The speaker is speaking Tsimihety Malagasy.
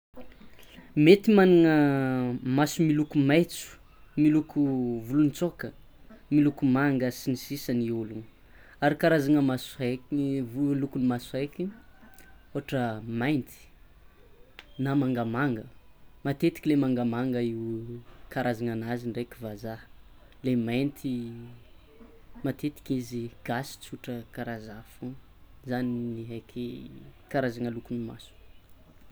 Mety magnana maso miloko maintso miloko volontsoka miloko manga sy ny sisa ny ologno, ary karazana maso heky ny vol- lokon'ny maso heky ohatra: mainty, na mangamanga matetiky le mangamanga io karazanan'azy ndraiky vazaha le mainty matetiky izy gasy tsotra kara zah zany ny heky karazana lokon'ny maso.